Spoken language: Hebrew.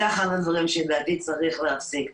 זה אחד הדברים שלדעתי צריך להפסיק.